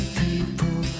people